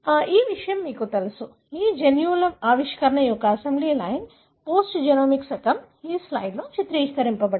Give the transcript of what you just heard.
ఈ విషయం మీకు తెలుసు ఈ జన్యువుల ఆవిష్కరణ యొక్క అసెంబ్లీ లైన్ పోస్ట్ జెనోమిక్ శకం ఈ స్లయిడ్లో చిత్రీకరించబడింది